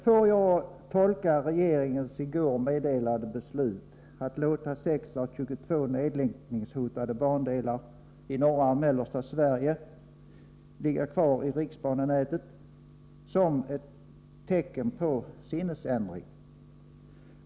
Får jag tolka regeringens i går meddelade beslut, att låta 6 av 22 nedläggningshotade bandelar i norra och mellersta Sverige ligga kvar i riksbanenätet, som ett tecken på sinnesändring?